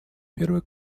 первой